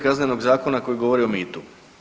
Kaznenog zakona koji govori o mitu?